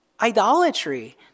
idolatry